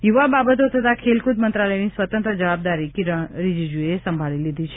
યુવા બાબતો તથા ખેલકુદ મંત્રાલયની સ્વતંત્ર જવાબદારી કિરણ રિજીજુએ સંભાળી લીધી છે